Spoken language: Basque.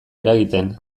eragiten